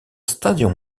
stadium